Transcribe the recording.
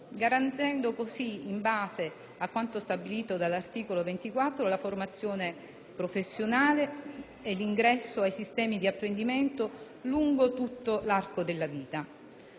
garantendo loro così (in base a quanto stabilito dall'articolo 24) la formazione professionale e l'ingresso ai sistemi di apprendimento lungo tutto l'arco della vita;